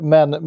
Men